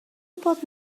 pode